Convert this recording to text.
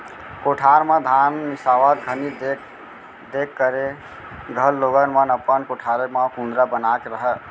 कोठार म धान मिंसावत घनी देख देख करे घर लोगन मन अपन कोठारे म कुंदरा बना के रहयँ